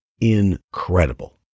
incredible